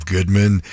Goodman